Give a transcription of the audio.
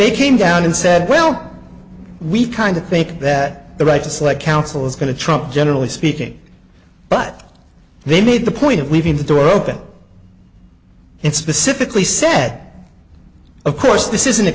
they came down and said well we kind of think that the right to select counsel is going to trump generally speaking but they made the point of leaving the door open and specifically set of course this isn't